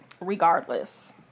regardless